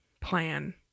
plan